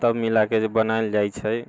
तब मिलाके जे बनाएल जाइत छै